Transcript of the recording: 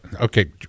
Okay